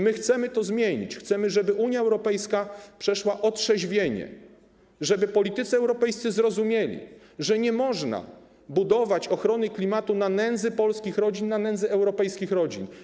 My chcemy to zmienić, chcemy, żeby Unia Europejska otrzeźwiała, żeby politycy europejscy zrozumieli, że nie można budować ochrony klimatu na nędzy polskich rodzin, na nędzy europejskich rodzin.